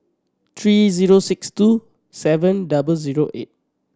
three zero six two seven double zero eight